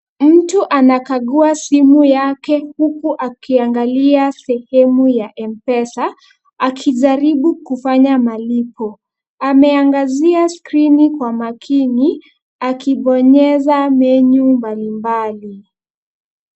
Mtu anakagua simu yake huku akiangalia sehemu ya M-Pesa akijaribu kufanya malipo. Ame angazia skrini kwa makini, akibonyeza menyu mbalimbali.